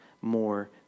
more